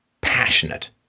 passionate